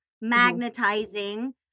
magnetizing